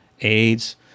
AIDS